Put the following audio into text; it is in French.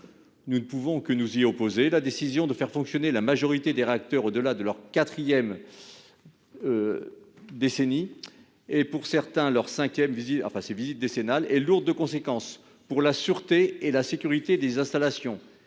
Nous ne pouvons que nous y opposer. La décision de faire fonctionner la majorité des réacteurs au-delà de leur quatrième, voire de leur cinquième, visite décennale est lourde de conséquences pour la sûreté et la sécurité des installations